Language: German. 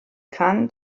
kann